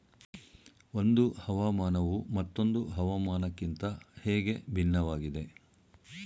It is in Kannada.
ಒಂದು ಹವಾಮಾನವು ಮತ್ತೊಂದು ಹವಾಮಾನಕಿಂತ ಹೇಗೆ ಭಿನ್ನವಾಗಿದೆ?